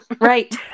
Right